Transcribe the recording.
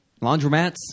laundromats